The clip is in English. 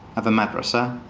of a madrassa.